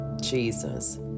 Jesus